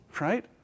right